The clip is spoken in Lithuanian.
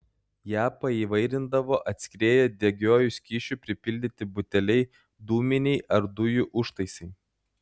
ją paįvairindavo atskrieję degiuoju skysčiu pripildyti buteliai dūminiai ar dujų užtaisai